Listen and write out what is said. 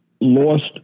lost